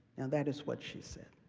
and that is what she said.